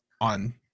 on